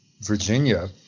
Virginia